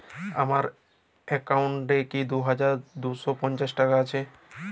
আমার অ্যাকাউন্ট এ কি দুই হাজার দুই শ পঞ্চাশ টাকা আছে?